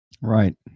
Right